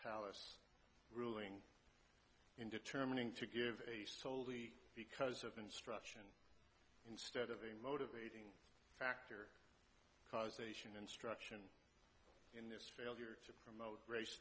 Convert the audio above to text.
palace ruling in determining to give a soley because of instruction instead of a motivating factor causation instruction in this failure to promote race